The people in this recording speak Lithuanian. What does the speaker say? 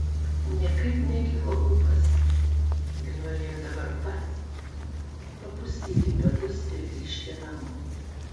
niekaip nekilo ūpas ir norėjo dabar pat papustyti padus ir grįžti namo